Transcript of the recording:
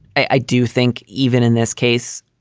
i do think even in this case,